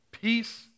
Peace